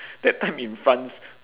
that time in france